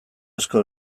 asko